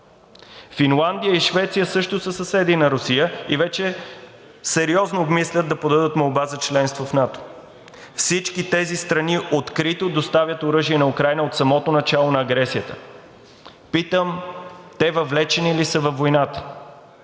Финландия и Швеция също са съседи на Русия и вече сериозно обмислят да подадат молба за членство в НАТО. Всички тези страни открито доставят оръжие на Украйна от самото начало на агресията. Питам: те въвлечени ли са във войната,